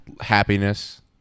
Happiness